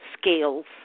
scales